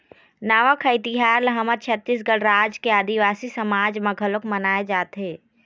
नवाखाई तिहार ल हमर छत्तीसगढ़ राज के आदिवासी समाज म घलोक मनाए जाथे